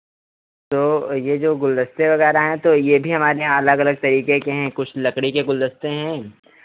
तो ये जो गुलदस्ते वगैरह हैं तो ये भी हमारे यहाँ अलग अलग तरीके के हैं कुछ लकड़ी के गुलदस्ते हैं